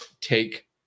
take